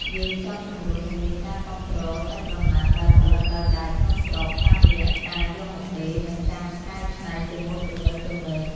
យើងចង់ជម្រុញឱ្យមានការគាំទ្រសាច់ក្រណាត់ដែលផលិតដោយដៃក្នុងស្រុក តាមរយៈការយកមកដេរ និងការកែច្នៃជាម៉ូដទំនើបៗ។